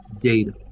data